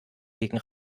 gegen